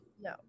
no